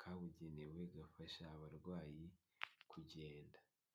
kabugenewe gafasha abarwayi kugenda.